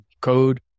code